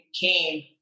came